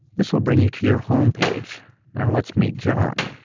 this will bring you to your home page. now let's meet john.